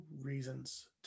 reasons